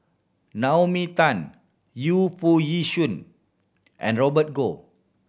Naomi Tan Yu Foo Yee Shoon and Robert Goh